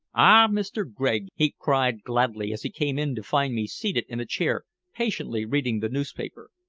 ah, mr. gregg! he cried gladly, as he came in to find me seated in a chair patiently reading the newspaper.